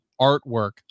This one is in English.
artwork